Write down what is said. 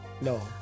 no